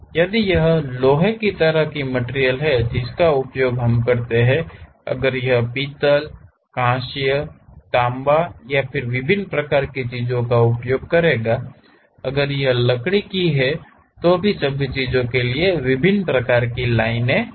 यदि यह लोहे की तरह की मटिरियल है जिसका उपयोग हम करते हैं अगर यह पीतल कांस्य तांबा विभिन्न प्रकार की चीजों का उपयोग करेगा अगर यह लकड़ी की तो सभी चीजों के लिए विभिन्न प्रकार की लाइनें हैं